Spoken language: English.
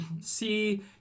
see